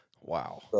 Wow